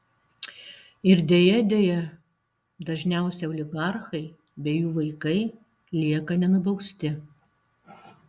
ir deja deja dažniausiai oligarchai bei jų vaikai lieka nenubausti